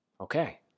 Okay